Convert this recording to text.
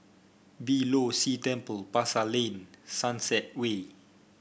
Beeh Low See Temple Pasar Lane Sunset Way